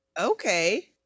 okay